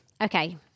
Okay